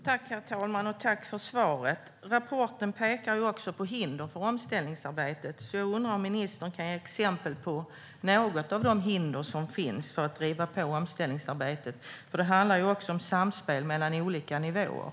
Herr talman! Tack för svaret. Rapporten pekar också på hinder för omställningsarbetet. Därför undrar jag om ministern kan ge exempel på något av de hinder som finns för att driva på omställningsarbetet. Det handlar ju också om samspel mellan olika nivåer.